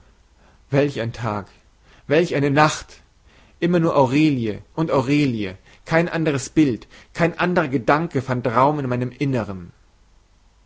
welch ein tag welch eine nacht immer nur aurelie und aurelie kein anderes bild kein anderer gedanke fand raum in meinem innern